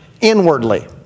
inwardly